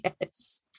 yes